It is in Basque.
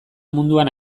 munduan